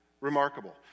Remarkable